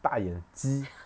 大眼鸡